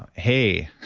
ah hey,